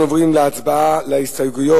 אנחנו עוברים להצבעה על ההסתייגויות